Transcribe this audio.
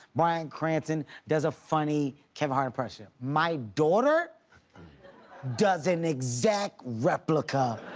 bryan cranston does a funny kevin hart impression. my daughter does an exact replica